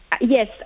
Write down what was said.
Yes